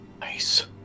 nice